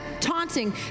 taunting